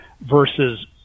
versus